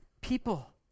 people